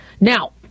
now